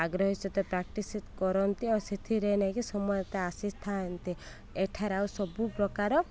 ଆଗ୍ରହ ସତ ପ୍ରାକ୍ଟିସ୍ କରନ୍ତି ଆଉ ସେଥିରେ ନେଇକି ସମୟରେ ଆସିଥାନ୍ତି ଏଠାରେ ଆଉ ସବୁ ପ୍ରକାର